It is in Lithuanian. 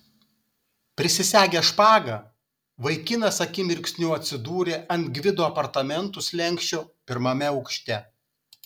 prisisegęs špagą vaikinas akimirksniu atsidūrė ant gvido apartamentų slenksčio pirmame aukšte